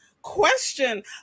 Question